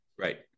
right